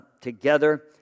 together